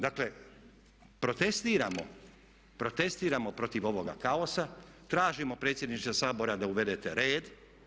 Dakle, protestiramo protiv ovoga kaosa, tražimo predsjedniče Sabora da uvedete red.